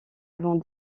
avant